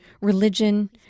religion